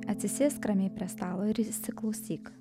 atsisėsk ramiai prie stalo ir įsiklausyk